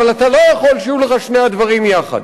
אבל אתה לא יכול שיהיו לך שני הדברים יחד.